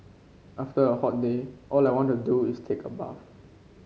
after a hot day all I want to do is take a bath